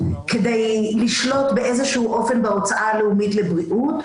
כדי לשלוט באיזה שהוא אופן בהוצאה הלאומית לבריאות,